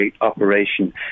operation